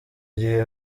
gihe